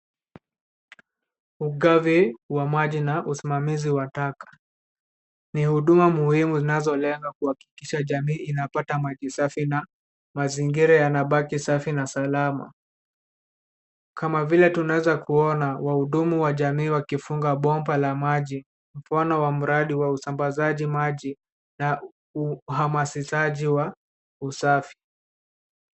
Ugavi wa maji na usimamizi wa taka. Ni huduma muhimu zinazolenga kuhakikisha jamii inapata maji safi na mazingira yanabaki safi na salama. Kama vile tunaweza kuona wahudumu wa jamii wakifunga bomba la maji mfano wa mradi wa usambazaji maji na uhamasishaji wa usafi.